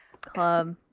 club